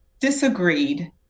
disagreed